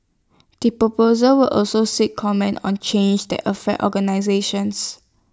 the proposals will also seek comments on changes that affect organisations